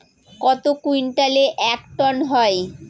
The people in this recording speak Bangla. কত কুইন্টালে এক টন হয়?